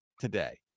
today